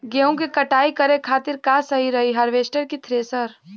गेहूँ के कटाई करे खातिर का सही रही हार्वेस्टर की थ्रेशर?